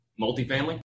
multifamily